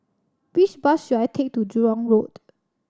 which bus should I take to Jurong Road